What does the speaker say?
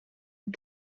het